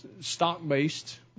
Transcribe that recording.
stock-based